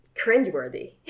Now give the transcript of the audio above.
cringeworthy